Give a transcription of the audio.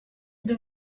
deux